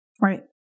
Right